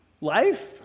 life